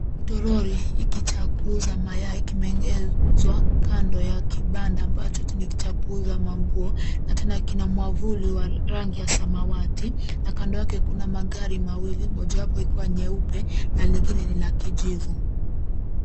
Toroli hiki cha kuuza mayai kimeegezwa kando ya kibanda ambacho ni cha kuuza manguo na tena kina mwavuli wa rangi ya samawati na kando yake kuna magari mawili moja yake ikiwa nyeupe na lingine ni la kijivu.